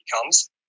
becomes